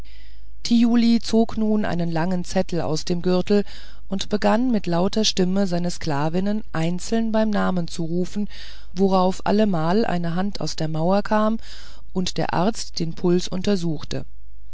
thiuli zog nun einen langen zettel aus dem gürtel und begann mit lauter stimme seine sklavinnen einzeln beim namen zu rufen worauf allemal eine hand aus der mauer kam und der arzt den puls untersuchte